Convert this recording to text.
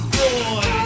boy